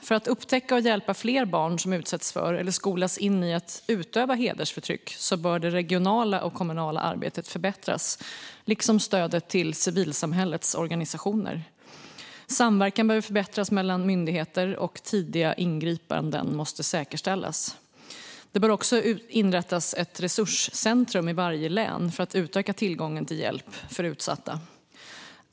För att upptäcka och hjälpa fler barn som utsätts för eller skolas in i att utöva hedersförtryck bör det regionala och kommunala arbetet förbättras, liksom stödet till civilsamhällets organisationer. Samverkan mellan myndigheter behöver förbättras, och tidiga ingripanden måste säkerställas. Det bör också inrättas ett resurscentrum i varje län för att utöka tillgången till hjälp för utsatta.